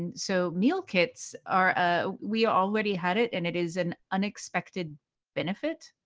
and so meal kits are ah we already had it, and it is an unexpected benefit.